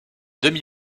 demi